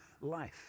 life